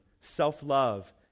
self-love